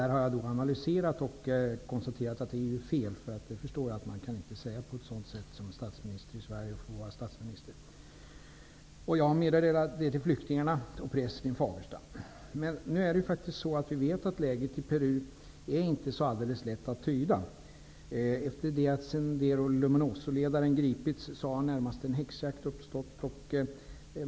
Jag har analyserat detta och konstaterat att det är fel. Man kan inte säga på ett sådant sätt som statsminister i Sverige och få fortsätta att vara statsminister. Jag meddelade detta till flyktingarna och till pressen i Fagersta. Vi vet dock att läget i Peru inte är helt lätt att tyda. Efter det att ledaren för Sendero Luminoso hade gripits har det närmast uppstått en häxjakt.